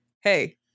hey